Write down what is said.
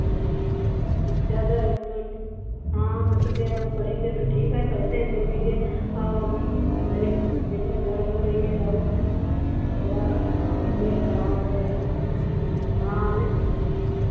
ज़्यादा हो तो हाँ दस रुपए पड़ेंगे तो ठीक है पैसे हम दे देंगे और मेरे पेट में दर्द हो रही है और थोड़ा हाँ पेट खराब है हाँ